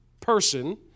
person